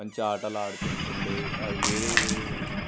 మంచిగా ఆటలు ఆడుతు ఉంటుండే అవి వేరే వేరేవి